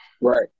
Right